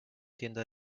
tienda